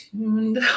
tuned